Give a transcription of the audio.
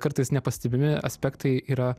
kartais nepastebimi aspektai yra